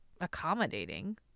accommodating